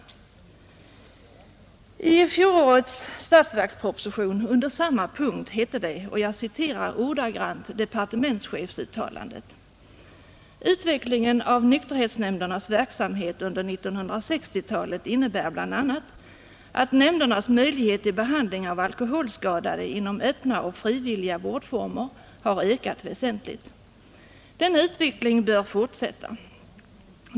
I fjolårets statsverksproposition under samma punkt uttalade departementschefen: ”Utvecklingen av nykterhetsnämndernas verksamhet under 1960-talet innebär bl.a. att nämndernas möjligheter till behandling av alkoholskadade inom öppna och frivilliga vårdformer har ökat väsentligt. Denna utveckling bör fortsätta.